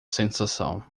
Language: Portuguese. sensação